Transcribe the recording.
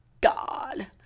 God